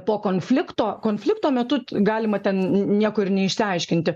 po konflikto konflikto metu galima ten niekur neišsiaiškinti